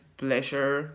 pleasure